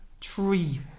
tree